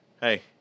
hey